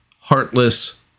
heartless